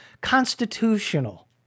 constitutional